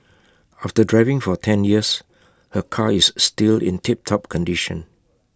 after driving for ten years her car is still in tiptop condition